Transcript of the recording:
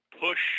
push